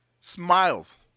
Smiles